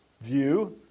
view